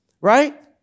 right